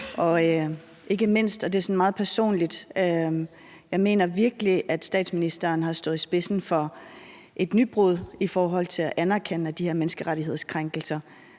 og ikke mindst, og det er sådan meget personligt, mener jeg virkelig, at statsministeren har stået i spidsen for et nybrud i forhold til at anerkende, at de her menneskerettighedskrænkelser